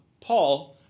Paul